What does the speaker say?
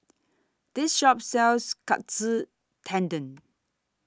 This Shop sells Katsu Tendon